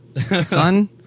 son